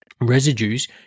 residues